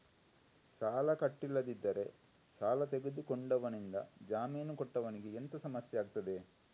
ಸಾಲ ಕಟ್ಟಿಲ್ಲದಿದ್ದರೆ ಸಾಲ ತೆಗೆದುಕೊಂಡವನಿಂದ ಜಾಮೀನು ಕೊಟ್ಟವನಿಗೆ ಎಂತ ಸಮಸ್ಯೆ ಆಗ್ತದೆ?